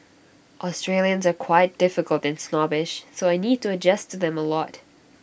Australians are quite difficult and snobbish so I need to adjust to them A lot